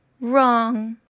wrong